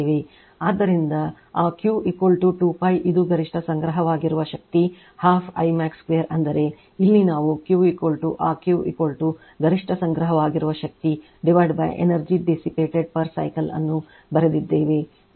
ಆದ್ದರಿಂದ ಆ Q 2 pi ಇದು ಗರಿಷ್ಠ ಸಂಗ್ರಹವಾಗಿರುವ ಶಕ್ತಿ 12 I max 2 ಅಂದರೆ ಇಲ್ಲಿ ನಾವು q ಆ Q ಗರಿಷ್ಠ ಸಂಗ್ರಹವಾಗಿರುವ ಶಕ್ತಿ energy dissipated per cycle ಅನ್ನು ಬರೆದಿದ್ದೇವೆ